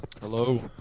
Hello